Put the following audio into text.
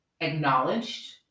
acknowledged